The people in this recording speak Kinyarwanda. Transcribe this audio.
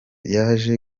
yaje